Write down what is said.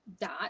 dot